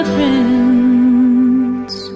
Prince